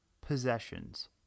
possessions